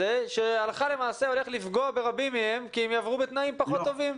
שהלכה למעשה הולך לפגוע ברבים מהם כי הם יעברו בתנאים פחות טובים?